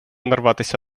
нарватися